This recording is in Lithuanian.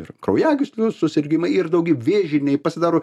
ir kraujagyslių susirgimai ir daugiau vėžiniai pasidaro